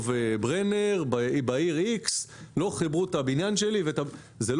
ברנר בעיר איקס לא חיברו את הבניין של הפונה.